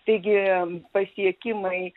taigi pasiekimai